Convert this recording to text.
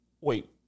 Wait